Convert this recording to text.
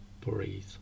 Breathe